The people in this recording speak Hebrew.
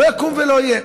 לא יקום ולא יהיה.